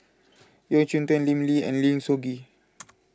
Yeo Cheow Tong Lim Lee and Lim Soo Ngee